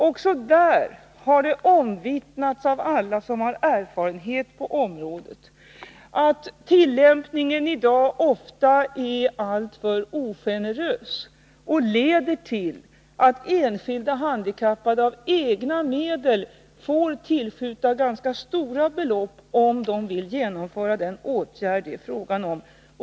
Också där har det omvittnats av alla som har erfarenhet på området att tillämpningen i dag ofta är alltför ogenerös och leder till att enskilda handikappade av egna medel får tillskjuta ganska stora belopp om de vill genomföra den åtgärd det är fråga om.